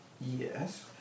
Yes